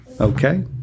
okay